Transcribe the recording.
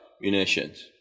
Munitions